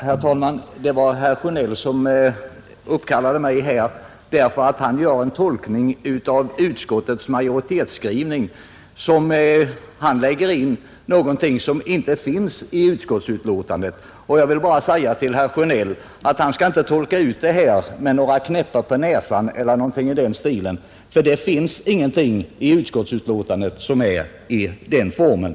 Herr talman! Det var herr Sjönell som uppkallade mig därför att han gör en sådan tolkning av utskottets majoritetsskrivning att han där lägger in någonting som inte finns. Jag vill bara säga till herr Sjönell att han skall inte tala om knäppar på näsan eller någonting i den stilen. Det finns ingenting i betänkandet som har den formen.